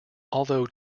although